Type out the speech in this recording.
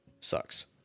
sucks